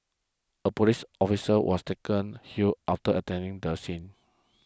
a police officer was taken hill after attending the scene